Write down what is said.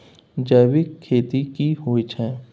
जैविक खेती की होए छै?